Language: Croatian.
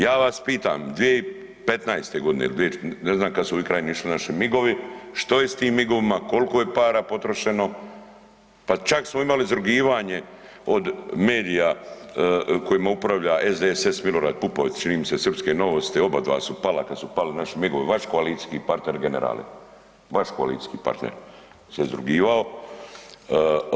Ja vas pitam 2015. g. ili 2014., ne znam kad su ovim krajem išli naši MIG-ovi, što je s tim MIG-ovima, koliko je para potrošeno, pa čak smo imali izrugivanje od medija kojima upravlja SDSS-a Milorad Pupovac, čini mi se srpske novosti, oba dva su pala, kad su pali naši MIG-ovi, vaš koalicijski partner generale, vaš koalicijski partner se izrugivao.